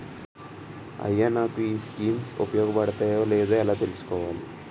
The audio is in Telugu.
అయ్యా నాకు ఈ స్కీమ్స్ ఉపయోగ పడతయో లేదో ఎలా తులుసుకోవాలి?